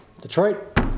Detroit